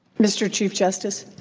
mr. chief justice?